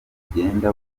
bugenda